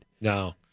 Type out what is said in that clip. No